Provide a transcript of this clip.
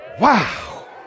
Wow